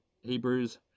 Hebrews